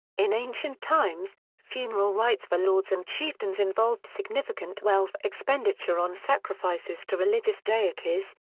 in ancient times, funeral rites for lords and chieftains involved significant wealth expenditure on sacrifices to religious deities,